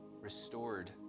restored